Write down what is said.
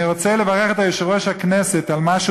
אני רוצה לברך את יושב-ראש הכנסת על כך שהוא